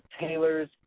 tailors